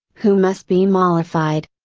who must be mollified.